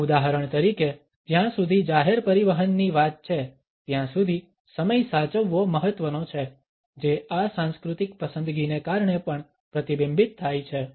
ઉદાહરણ તરીકે જ્યાં સુધી જાહેર પરિવહનની વાત છે ત્યાં સુધી સમય સાચવવો મહત્વનો છે જે આ સાંસ્કૃતિક પસંદગીને કારણે પણ પ્રતિબિંબિત થાય છે